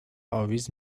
اویز